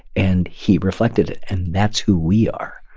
and he reflected it and that's who we are.